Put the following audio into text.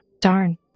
Darn